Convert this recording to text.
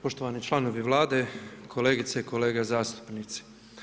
Poštovani članovi Vlade, kolegice i kolege zastupnici.